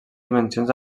dimensions